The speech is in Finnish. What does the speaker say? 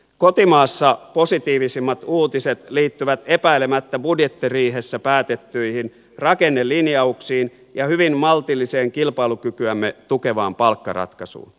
kotimaassa positiivisimmat uutiset liittyvät epäilemättä budjettiriihessä päätettyihin rakennelinjauksiin ja hyvin maltilliseen kilpailukykyämme tukevaan palkkaratkaisuun